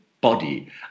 body